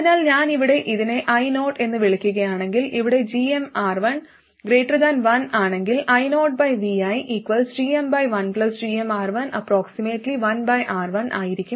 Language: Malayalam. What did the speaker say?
അതിനാൽ ഞാൻ ഇവിടെ ഇതിനെ i0 എന്ന് വിളിക്കുകയാണെങ്കിൽ ഇവിടെ gmR1 1 ആണെങ്കിൽ iovigm1gmR11R1 ആയിരിക്കും